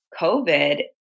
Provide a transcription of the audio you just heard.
COVID